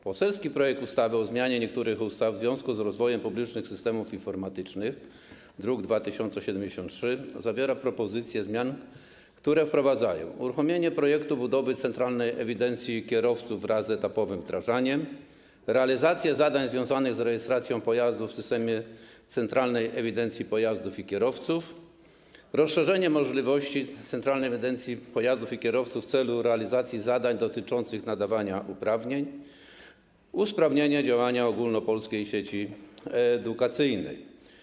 Poselski projekt ustawy o zmianie niektórych ustaw w związku z rozwojem publicznych systemów teleinformatycznych, druk nr 2073, zawiera propozycje zmian, które wprowadzają: uruchomienie projektu budowy centralnej ewidencji kierowców wraz z etapowym wdrażaniem, realizację zadań związanych z rejestracją pojazdów w systemie Centralnej Ewidencji Pojazdów i Kierowców, rozszerzenie możliwości Centralnej Ewidencji Pojazdów i Kierowców w celu realizacji zadań dotyczących nadawania uprawnień, usprawnienie działania Ogólnopolskiej Sieci Edukacyjnej.